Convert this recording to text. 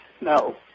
No